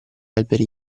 alberi